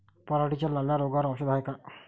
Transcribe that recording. पराटीच्या लाल्या रोगावर औषध हाये का?